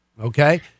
Okay